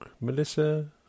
Melissa